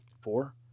four